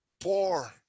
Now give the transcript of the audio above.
poor